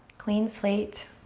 clean slate.